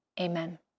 Amen